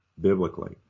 biblically